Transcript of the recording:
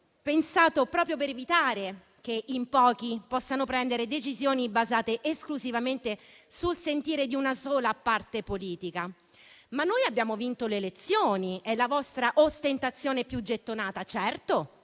pensato proprio per evitare che in pochi possano prendere decisioni basate esclusivamente sul sentire di una sola parte politica. "Ma noi abbiamo vinto le elezioni" è la vostra ostentazione più gettonata. Certo,